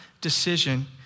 decision